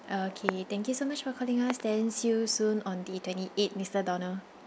okay thank you so much for calling us then see you soon on the twenty eight mister donald